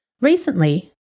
Recently